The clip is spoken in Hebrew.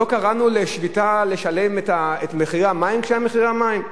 לא קראנו לשביתה בתשלום מחירי המים כשהיה הדיון על מחירי המים?